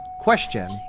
Question